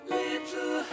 little